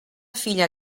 filla